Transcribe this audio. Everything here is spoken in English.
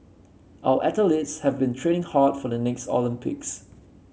our athletes have been training hard for the next Olympics